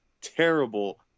terrible